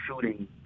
shooting